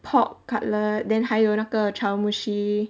pork cutlet then 还有那个 chawanmushi